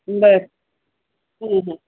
बर